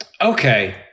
Okay